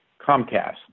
Comcast